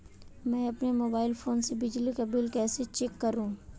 मैं अपने mobile phone से बिजली का बिल कैसे चेक करूं?